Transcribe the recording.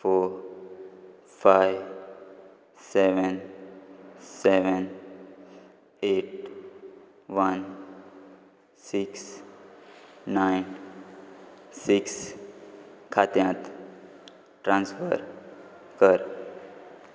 four five seven seven eight one six nine six खात्यांत transfer कर